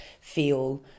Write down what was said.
feel